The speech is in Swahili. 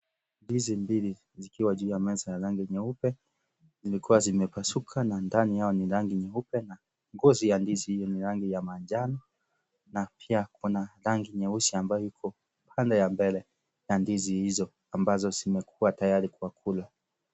Ndizi mbili zikiwa juu ya meza ya rangi nyeupe, zilikiwa zimepasuka na ndani yao ni rangi nyeupe, na ngozi ya ndizi ni rangi ya manjano, na pia kuna rangi nyeusi ambayo iko pande ya mbele ya ndizi hizo ambazo zimekua tayari kwa kula.